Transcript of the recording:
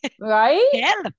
right